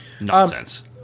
Nonsense